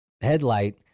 headlight